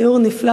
שיעור נפלא,